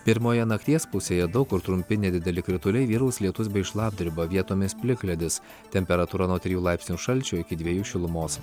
pirmoje nakties pusėje daug kur trumpi nedideli krituliai vyraus lietus bei šlapdriba vietomis plikledis temperatūra nuo trijų laipsnių šalčio iki dvejų šilumos